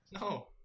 No